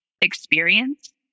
experience